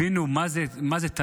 הבינו מה זה תנ"ך.